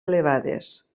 elevades